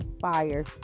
fire